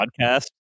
podcast